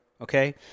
okay